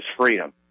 freedom